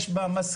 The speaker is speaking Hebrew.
יש בה משכילים,